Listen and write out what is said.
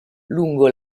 lungo